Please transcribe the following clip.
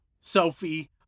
Sophie